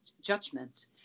judgment